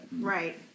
Right